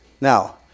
Now